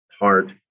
heart